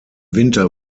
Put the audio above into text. winter